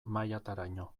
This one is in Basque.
mailataraino